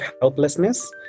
helplessness